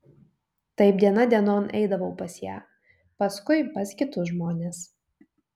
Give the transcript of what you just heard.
taip diena dienon eidavau pas ją paskui pas kitus žmones